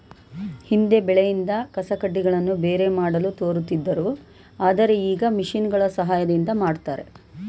ಹಿಂದೆ ಬೆಳೆಯಿಂದ ಕಸಕಡ್ಡಿಗಳನ್ನು ಬೇರೆ ಮಾಡಲು ತೋರುತ್ತಿದ್ದರು ಆದರೆ ಈಗ ಮಿಷಿನ್ಗಳ ಸಹಾಯದಿಂದ ಮಾಡ್ತರೆ